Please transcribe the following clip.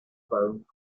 phones